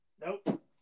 Nope